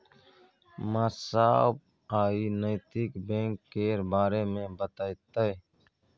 मास्साब आइ नैतिक बैंक केर बारे मे बतेतै